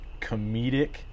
comedic